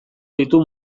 ditu